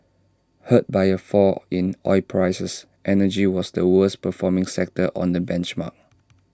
hurt by A fall in oil prices energy was the worst performing sector on the benchmark